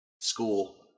school